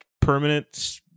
permanent